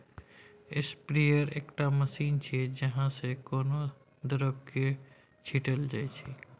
sprayer एकटा machine छै जाहि सँ कोनो द्रब केँ छीटल जाइ छै